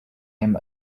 him